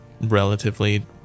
relatively